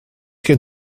gen